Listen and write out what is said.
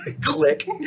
Click